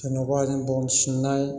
सोरनावबा जों बन सिननाय